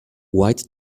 white